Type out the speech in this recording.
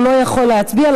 הוא לא יכול להצביע,